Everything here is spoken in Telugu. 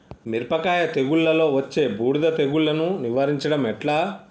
మిరపకాయ తెగుళ్లలో వచ్చే బూడిది తెగుళ్లను నివారించడం ఎట్లా?